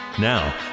Now